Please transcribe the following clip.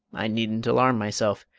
i needn't alarm myself.